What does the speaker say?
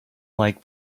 like